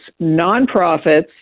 nonprofits